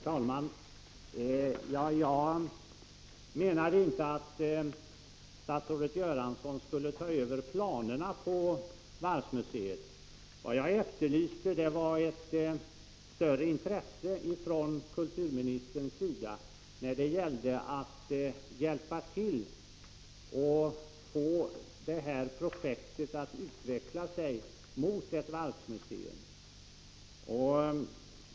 Herr talman! Jag menade inte att statsrådet Göransson skulle ta över planerna på varvsmuseet. Vad jag efterlyste var ett större intresse från kulturministerns sida när det gäller att hjälpa till att få det här projektet att utveckla sig mot ett varvsmuseum.